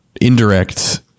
indirect